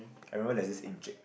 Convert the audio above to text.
I remember there's this encik